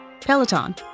Peloton